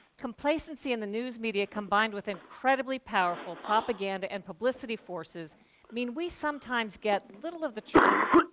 complacency in the news media combined with incredibly powerful propaganda and publicity forces mean we sometimes get little of the truth.